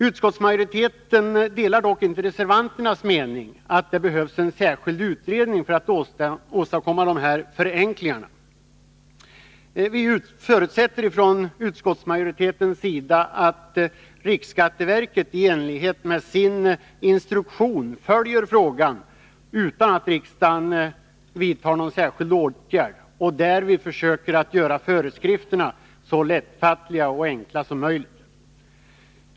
Utskottsmajoriteten delar dock inte reservanternas mening att det behövs — skatt på bilförmån en särskild utredning för att åstadkomma förenklingar. Vi förutsätter ifrån utskottsmajoritetens sida att riksskatteverket i enlighet med sin instruktion följer frågan, utan att riksdagen vidtar någon särskild åtgärd, och därvid försöker att göra föreskrifterna så enkla och lättfattliga som möjligt.